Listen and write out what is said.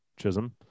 Chisholm